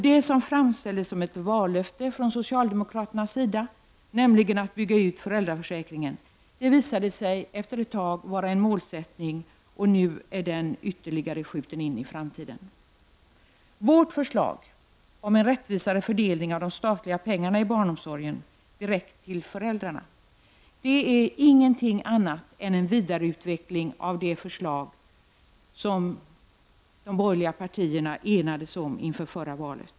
Det som framställdes som ett vallöfte från socialdemokraternas sida, nämligen att bygga ut föräldraförsäkringen, visade det sig efter ett tag vara en målsättning. Nu är den ytterligare skjuten in i framtiden. Vårt förslag om en rättvisare fördelning av de statliga pengarna till barnomsorgen direkt till föräldrarna är ingenting annat än en vidareutveckling av det förslag som de borgerliga partierna enade sig om inför förra valet.